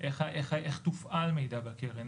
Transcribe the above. איך תופעל מידע בקרן.